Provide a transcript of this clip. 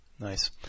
Nice